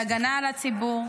להגנה על הציבור,